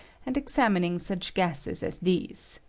and examining such gases as these.